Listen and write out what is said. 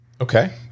Okay